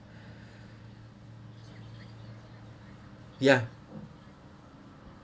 yeah